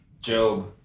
Job